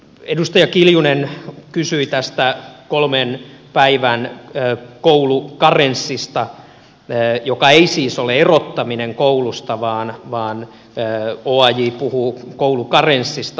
edustaja kiljunen kysyi tästä kolmen päivän koulukarenssista joka ei siis ole erottaminen koulusta vaan oaj puhuu koulukarenssista